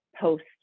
post